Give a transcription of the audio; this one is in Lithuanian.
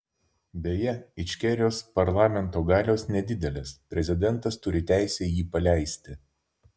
beje ičkerijos parlamento galios nedidelės prezidentas turi teisę jį paleisti